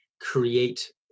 create